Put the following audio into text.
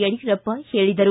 ಯಡಿಯೂರಪ್ಪ ಹೇಳಿದರು